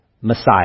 Messiah